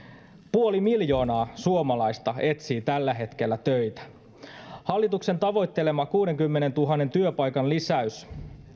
puoli miljoonaa suomalaista etsii tällä hetkellä töitä hallituksen tavoittelema kuudenkymmenentuhannen työpaikan lisäys